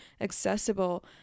accessible